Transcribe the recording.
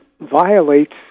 violates